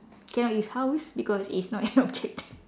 cannot use house because it's not an object